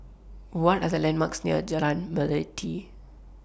What Are The landmarks near Jalan Melati